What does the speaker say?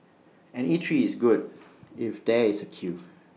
an eatery is good if there is A queue